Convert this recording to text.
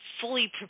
fully